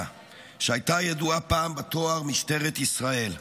שהייתה ידועה פעם בתואר משטרת ישראל.